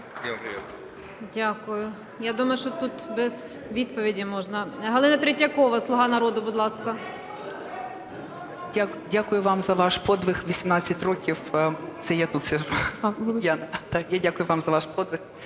Дякую. Я думаю, тут без відповіді можна. Галина Третьякова, "Слуга народу", будь ласка. 14:45:58 ТРЕТЬЯКОВА Г.М. Дякую вам за ваш подвиг у 18 років. Це я тут сиджу. Я дякую вам за ваш подвиг.